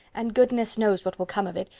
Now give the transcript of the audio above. and goodness knows what will come of it,